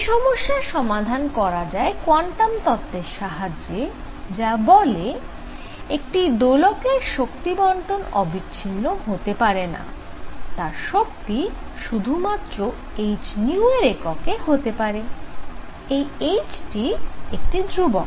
এই সমস্যার সমাধান করা যায় কোয়ান্টাম তত্ত্বের সাহায্যে যা বলে একটি দোলকের শক্তির বণ্টন অবিচ্ছিন্ন হতে পারেনা তার শক্তি শুধুমাত্র h এর এককে হতে পারে এই h টি একটি ধ্রুবক